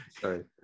Sorry